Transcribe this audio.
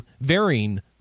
varying